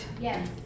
Yes